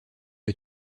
est